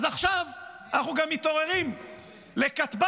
אז עכשיו אנחנו גם מתעוררים לכטב"ם